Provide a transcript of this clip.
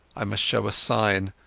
i must show a sign,